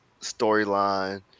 storyline